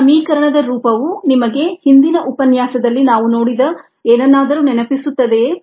ಈ ಸಮೀಕರಣದ ರೂಪವು ನಿಮಗೆ ಹಿಂದಿನ ಉಪನ್ಯಾಸದಲ್ಲಿ ನಾವು ನೋಡಿದ ಏನನ್ನಾದರೂ ನೆನಪಿಸುತ್ತಿದೆಯೇ